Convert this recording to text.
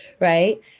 right